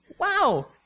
wow